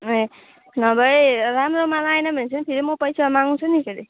ए नभए राम्रो माल आएन भने चाहिँ फेरि म पैसा माग्छु नि फेरि